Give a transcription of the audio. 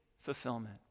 fulfillment